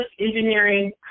engineering